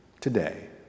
today